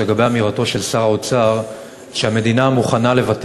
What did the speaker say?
לגבי אמירתו של שר האוצר שהמדינה מוכנה לוותר